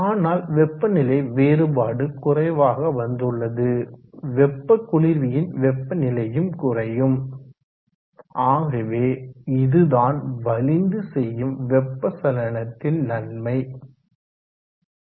ஆனால் வெப்பநிலை வேறுபாடு குறைவாக வந்துள்ளது வெப்ப குளிர்வியின் வெப்பநிலையும் குறையும் ஆகவே இதுதான் வலிந்து செய்யும் வெப்ப சலனத்தின் நன்மை ஆகும்